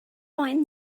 find